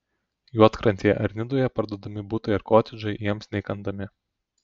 juodkrantėje ar nidoje parduodami butai ar kotedžai jiems neįkandami